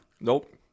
Nope